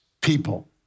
people